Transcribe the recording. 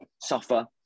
suffer